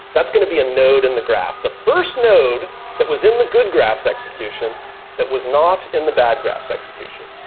that's going to be a node in the graph. the first node that was in the good graph's execution that was not in the bad graph's execution.